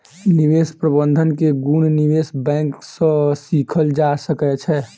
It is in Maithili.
निवेश प्रबंधन के गुण निवेश बैंक सॅ सीखल जा सकै छै